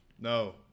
No